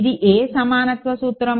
ఇది ఏ సమానత్వ సూత్రం